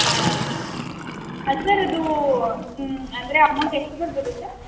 ಹಾಂ ಅದು ಸರ್ ಅದು ಅಂದರೆ ಅಮೌಂಟ್ ಎಷ್ಟು ಬರ್ಬೋದು ಸರ್